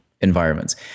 environments